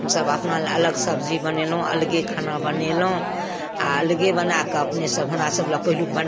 हमसभ अपनालए अलग सब्जी बनेलहुँ अलगे खाना बनेलहुँ आओर अलगे बनाकऽ अपनेसभ हमरासभलए पहिलुक बनै